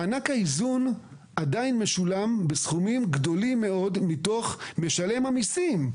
מענק האיזון עדיין משולם בסכומים גדולים מאוד מתוך משלם המיסים.